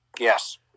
Yes